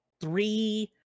three